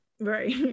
Right